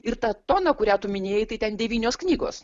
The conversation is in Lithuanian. ir tą toną kurią tu minėjai tai ten devynios knygos